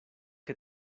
que